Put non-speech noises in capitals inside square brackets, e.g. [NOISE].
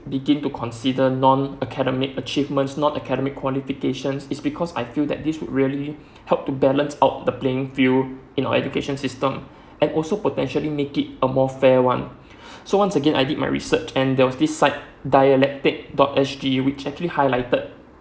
begin to consider non academic achievements non academic qualifications is because I feel that this would really help to balance out the blank field in our education system [BREATH] and also potentially make it a more fair one [BREATH] so once again I did my research and there was this site dialectic dot S_G which actually highlighted